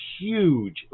huge